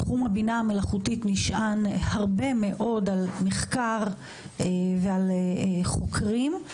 תחום הבינה המלאכותית נשען הרבה מאוד על מחקר ועל חוקרים.